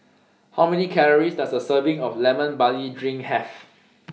How Many Calories Does A Serving of Lemon Barley Drink Have